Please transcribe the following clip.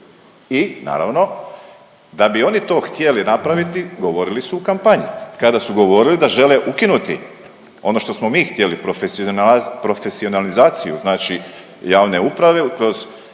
i naravno da bi oni to htjeli napraviti govorili su u kampanji kada su govorili da žele ukinuti ono što smo mi htjeli profesionalizaciju znači javne uprave kroz